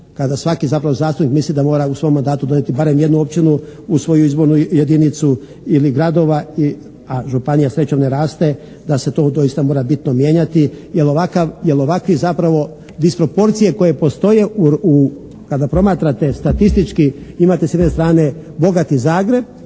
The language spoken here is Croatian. kada svaki zapravo zastupnik misli da mora u svom mandatu donijeti barem jednu općinu u svoju izbornu jedinicu ili gradova, a županija srećom ne raste da se to doista mora bitno mijenjati jer ovakvi zapravo disproporcije koje postoje u, kada promatrate statistički imate s jedne strane bogati Zagreb